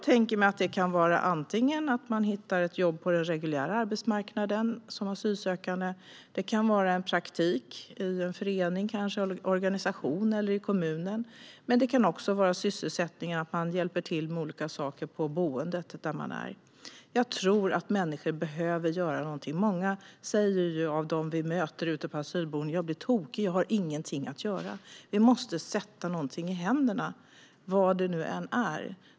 Den asylsökande kan hitta ett jobb på den reguljära arbetsmarknaden, få praktik i en förening, en organisation eller en kommun, eller bli sysselsatt med att hjälpa till på boendet. Människor behöver göra någonting. Många av dem vi möter på asylboenden säger att de blir tokiga eftersom de inte har någonting att göra. Vi måste sätta någonting i händerna, vad det nu än är.